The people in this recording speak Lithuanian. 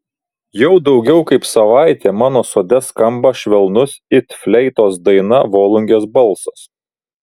jau daugiau kaip savaitė mano sode skamba švelnus it fleitos daina volungės balsas